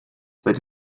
seid